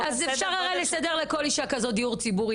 אז אפשר הרי לסדר לכל אישה כזאת דיור ציבורי,